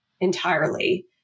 entirely